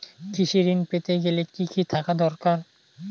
কৃষিঋণ পেতে গেলে কি কি থাকা দরকার?